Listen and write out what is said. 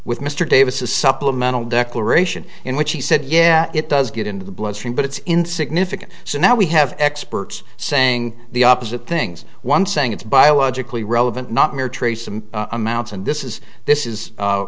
with mr davis a supplemental declaration in which he said yeah it does get into the bloodstream but it's insignificant so now we have experts saying the opposite things one saying it's biologically relevant not mere trace some amounts and this is this is